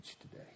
today